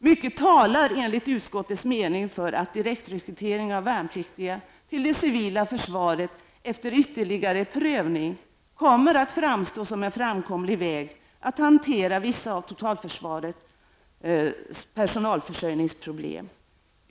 Mycket talar enligt utskottets mening för att direktrekrytering av värnpliktiga till det civila försvaret efter ytterligare prövning kommer att framstå som en framkomlig väg att hantera vissa av totalförsvarets personalförsörjningsproblem.